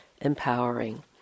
empowering